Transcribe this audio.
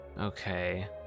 Okay